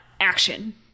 action